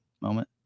moment